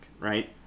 right